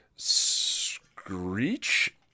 Screech